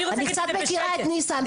אני קצת מכירה את ניסן,